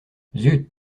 zut